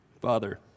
Father